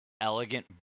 elegant